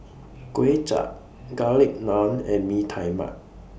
Kuay Chap Garlic Naan and Bee Tai Mak